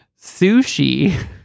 sushi